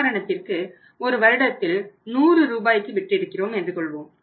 உதாரணத்திற்கு ஒரு வருடத்தில் 100 ரூபாய்க்கு விற்றிருக்கிறோம் என்று கொள்வோம்